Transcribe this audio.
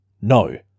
no